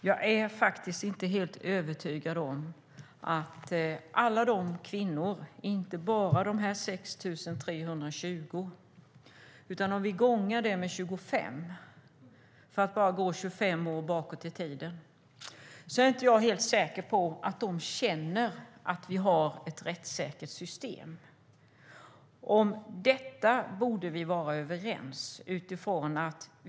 Jag är faktiskt inte övertygad om att alla de kvinnor som utsatts - inte bara dessa 6 320 utan låt oss multiplicera den siffran med 25, så går vi 25 år bakåt i tiden - känner att vi har ett rättssäkert system. Om detta borde vi vara överens.